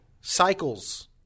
Cycles